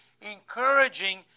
encouraging